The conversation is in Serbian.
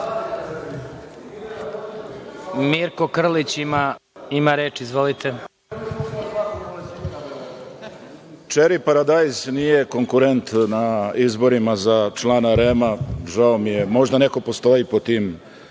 Mirko Krlić. **Mirko Krlić** Čeri paradajz nije konkurent na izborima za člana REM, žao mi je, možda neko postoji pod tim